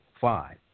five